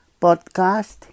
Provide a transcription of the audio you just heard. podcast